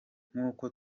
nk’uko